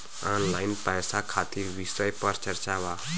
Online पैसा खातिर विषय पर चर्चा वा?